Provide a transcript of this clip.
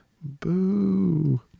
boo